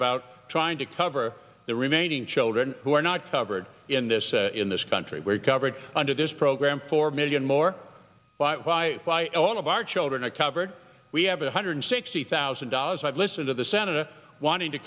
about trying to cover the remaining children who are not covered in this in this country where coverage under this program four million more but why by a lot of our children are covered we have a hundred sixty thousand dollars i'd listen to the senator wanting to